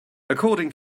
according